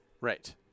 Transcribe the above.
Right